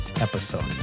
episode